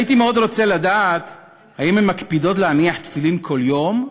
הייתי מאוד רוצה לדעת האם הן מקפידות להניח תפילין כל יום,